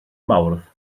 mawrth